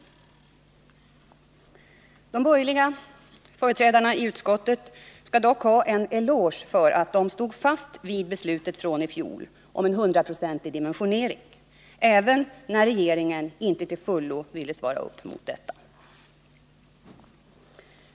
få De borgerliga företrädarna i utskottet skall dock ha en eloge för att de stod fast vid besluten från i fjol om en 100-procentig dimensionering, även när re3eringen inte till fullo ville svara upp mot detta.